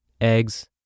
eggs